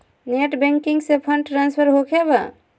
Net banking से fund transfer होखें बा?